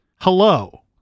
Hello